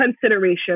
consideration